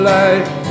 life